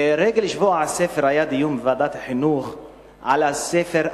לרגל שבוע הספר היה דיון בוועדת החינוך על הספר,